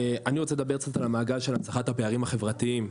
אני רוצה לדבר קצת על המעגל של הנצחת הפערים החברתיים,